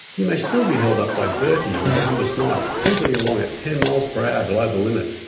you may still be held up by bertie in his humber snipe, tootling along at ten mph below the limit.